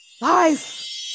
life